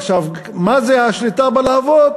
עכשיו, מה זה השליטה בלהבות?